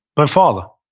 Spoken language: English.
my father.